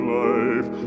life